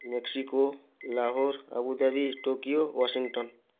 Mexico Lahore Abu Dhabi Tokyo Washington